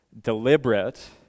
deliberate